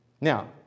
Now